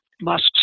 Musk